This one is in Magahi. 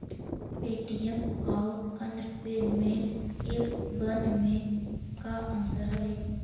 पे.टी.एम आउ अन्य पेमेंट एपबन में का अंतर हई?